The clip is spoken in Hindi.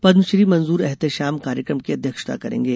पद्मश्री मंजूर एहतेशाम कार्यक्रम की अध्यक्षता करेंगे